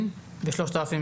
בנושא.